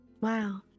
Wow